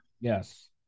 Yes